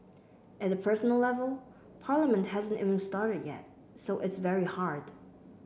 at a personal level Parliament hasn't even started yet so it's very hard